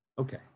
okay